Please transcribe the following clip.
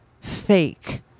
fake